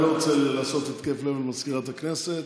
אני לא רוצה לעשות התקף לב למזכירת הכנסת.